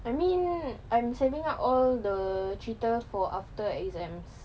I mean I'm saving up all the cerita for after exams